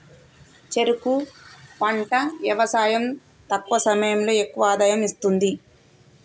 చెరుకు పంట యవసాయం తక్కువ సమయంలో ఎక్కువ ఆదాయం ఇస్తుంది